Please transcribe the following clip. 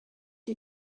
you